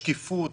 שקיפות,